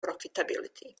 profitability